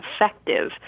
effective